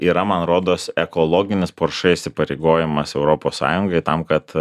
yra man rodos ekologinis porsche įsipareigojimas europos sąjungai tam kad